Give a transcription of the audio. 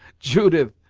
judith,